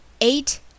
Eight